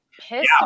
pissed